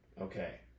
okay